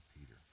Peter